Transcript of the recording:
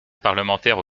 parlementaire